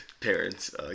parents